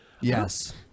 Yes